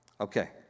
Okay